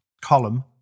column